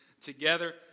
together